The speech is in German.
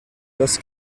das